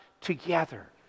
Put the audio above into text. together